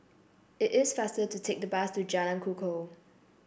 it is faster to take the bus to Jalan Kukoh